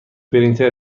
پرینتر